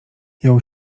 jął